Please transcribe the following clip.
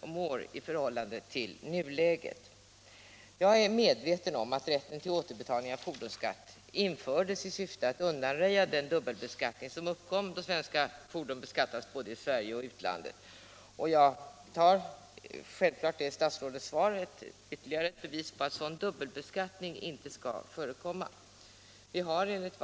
om året i förhållande till nuläget. Jag är medveten om att rätten till återbetalning av fordonsskatt infördes i syfte att undanröja en dubbelbeskattning som uppkom då svenska fordon beskattades både i Sverige och i utlandet. Jag tar självfallet statsrådets svar som ytterligare bevis för att någon dubbelbeskattning inte skall förekomma. Vi har enligt uppgift